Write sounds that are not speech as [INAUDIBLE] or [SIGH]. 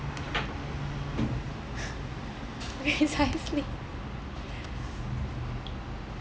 [LAUGHS] precisely [LAUGHS]